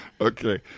Okay